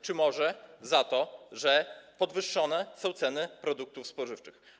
Czy może za to, że podwyższone są ceny produktów spożywczych?